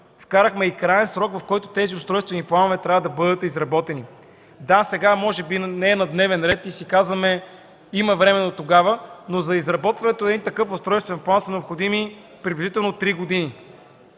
вкарахме и краен срок, в който тези устройствени планове трябва да бъдат изработени – до 2016 г. Да, сега може би не е на дневен ред и си казваме, че има време дотогава, но за изработването на такъв устройствен план са необходими приблизително три години.